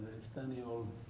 any old